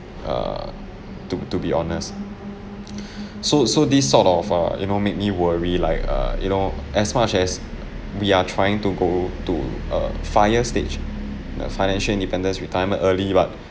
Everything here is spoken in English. err to to be honest so so this sort of uh you know makes me worry like err you know as much as we are trying to go to err FIRE stage uh financial independence retirement early but